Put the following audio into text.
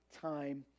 time